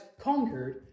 conquered